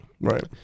right